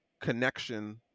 connection